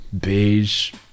beige